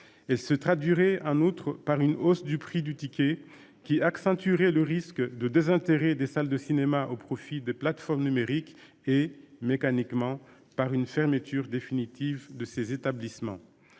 Et se traduirait un autre par une hausse du prix du ticket qui accentuerait le risque de désintérêt des salles de cinéma au profit des plateformes numériques et mécaniquement par une fermeture définitive de ces établissements.